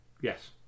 Yes